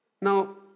Now